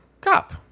cop